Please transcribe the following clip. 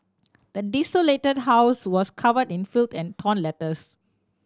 the desolated house was covered in filth and torn letters